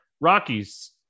Rockies